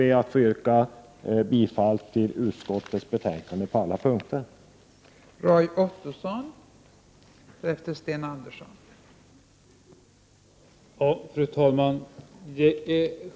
31 maj 1989 Med detta, fru talman, ber jag att få yrka bifall till hemställan i